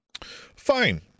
Fine